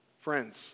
Friends